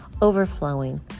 overflowing